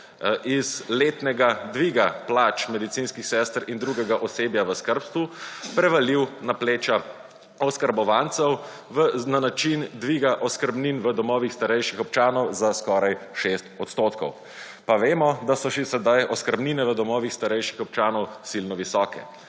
iz letnega dviga plač medicinskih sester in drugega osebja v skrbstvu prevalil na pleča oskrbovancev na način dviga oskrbnin v domovih starejših občanov za skoraj 6 %, pa vemo, da so sedaj oskrbnine v domovih starejših občanov silno visoke,